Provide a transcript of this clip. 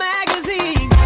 Magazine